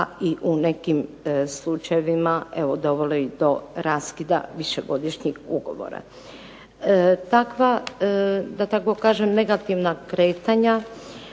pa i u nekim slučajevima evo dovelo je i do raskida višegodišnjih ugovora. Takva da tako kažem negativna kretanja